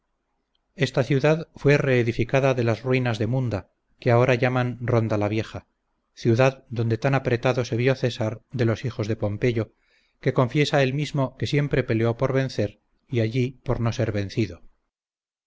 esta ciudad fue reedificada de las ruinas de munda que ahora llaman ronda la vieja ciudad donde tan apretado se vió césar de los hijos de pompeyo que confiesa él mismo que siempre peleó por vencer y allí por no ser vencido